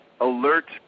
alert